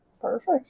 Perfect